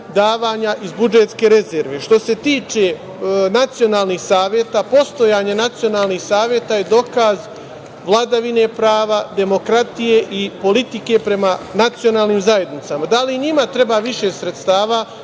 iz budžetske rezerve. Što se tiče nacionalnih saveta, postojanje nacionalnih saveta je dokaz vladavine prava, demokratije i politike prema nacionalnim zajednicama. Da li njima treba više sredstava?